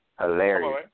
Hilarious